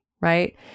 right